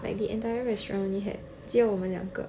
like the entire restaurant only had 只有我们两个